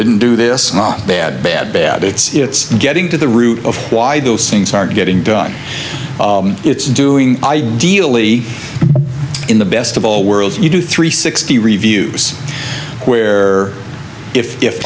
didn't do this bad bad bad it's getting to the root of why those things aren't getting done it's doing ideally in the best of all worlds you do three sixty reviews where if i